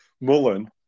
Mullen